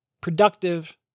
productive